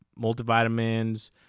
multivitamins